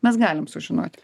mes galim sužinoti